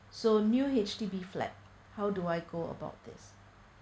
so new H_D_B flat how do I go about this